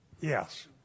Yes